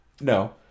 No